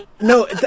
no